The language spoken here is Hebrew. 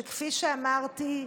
שכפי שאמרתי,